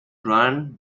run